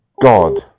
god